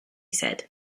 said